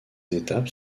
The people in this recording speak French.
étapes